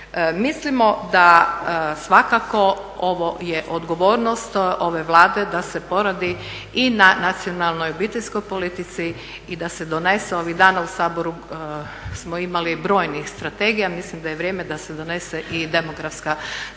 Mislimo da svakako ovo je odgovornost ove Vlade da se poradi i na nacionalnoj obiteljskoj politici i da se donese, ovih dana u Saboru smo imali brojnih strategija, mislim da je vrijeme da se donese i demografska strategija